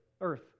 earth